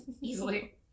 Easily